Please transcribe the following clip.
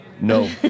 No